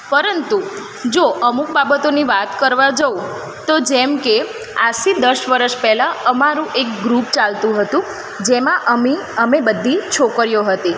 પરંતુ જો અમુક બાબતોની વાત કરવા જઉં તો જેમ કે આજથી દસ વર્ષ પહેલાં અમારું એક ગ્રૂપ ચાલતું હતું જેમાં અમે અમે બધી છોકરીઓ હતી